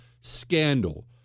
scandal